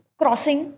crossing